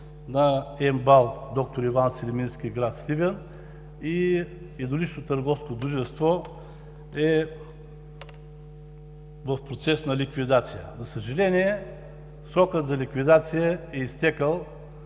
на МБАЛ „Д-р Иван Селимински“ – град Сливен, и едноличното търговско дружество е в процес на ликвидация. За съжаление, срокът за ликвидация е изтекъл